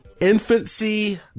infancy